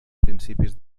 principis